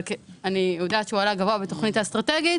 אבל אני יודעת שהוא עלה גבוה בתוכנית האסטרטגית,